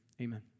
Amen